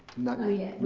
not not yet.